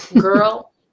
Girl